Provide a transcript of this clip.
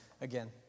again